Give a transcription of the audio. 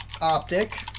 optic